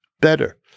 better